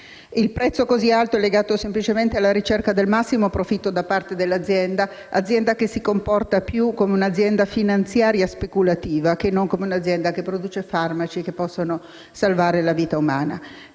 il prezzo così alto è legato semplicemente alla ricerca del massimo profitto da parte dell'azienda, che si comporta più come un'azienda finanziaria speculativa che non come un'azienda che produce farmaci che possono salvare una vita umana.